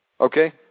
Okay